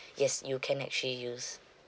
yes you can actually use